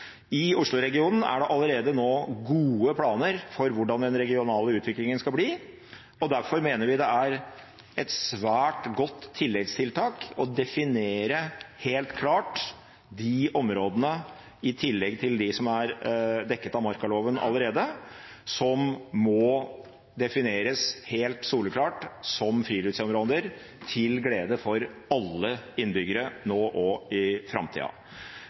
I Oslo-regionen er det allerede nå gode planer for hvordan den regionale utviklingen skal bli. Derfor mener vi det er et svært godt tilleggstiltak å definere helt klart, helt soleklart, de områdene – i tillegg til de som er dekket av markaloven allerede – som friluftsområder, til glede for alle innbyggere nå og i